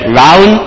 round